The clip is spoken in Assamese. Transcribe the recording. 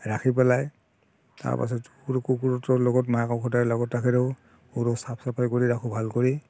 ৰাখি পেলাই তাৰপাছত সৰু কুকুৰটোৰ লগত মাকক সদায় লগত ৰাখি দিওঁ কুকুৰক চাফ চাফাই কৰি ৰাখোঁ ভাল কৰি